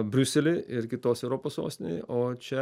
briusely ir kitos europos sostinėje o čia